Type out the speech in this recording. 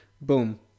Boom